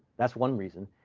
that's one reason.